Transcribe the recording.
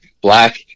Black